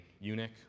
eunuch